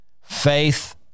faith